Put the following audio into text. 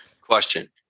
Question